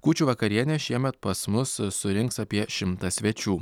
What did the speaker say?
kūčių vakarienė šiemet pas mus surinks apie šimtą svečių